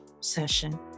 session